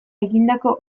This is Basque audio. egindako